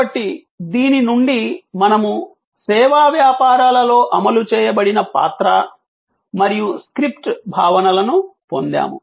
కాబట్టి దీని నుండి మనము సేవా వ్యాపారాలలో అమలు చేయబడిన పాత్ర మరియు స్క్రిప్ట్ భావనలను పొందాము